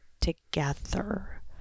together